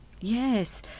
Yes